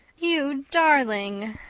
you darling,